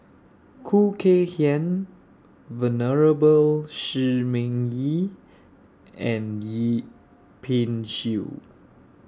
Khoo Kay Hian Venerable Shi Ming Yi and Yip Pin Xiu